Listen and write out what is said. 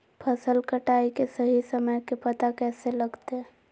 फसल कटाई के सही समय के पता कैसे लगते?